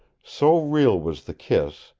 so real was the kiss,